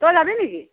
তই যাবি নেকি